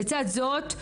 לצד זאת,